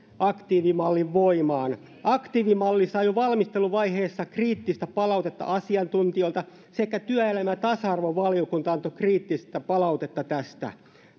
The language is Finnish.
aktiivimallin voimaan aktiivimalli sai jo valmisteluvaiheessa kriittistä palautetta asiantuntijoilta sekä työelämä ja tasa arvovaliokunta antoi kriittistä palautetta tästä